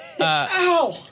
Ow